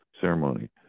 Ceremony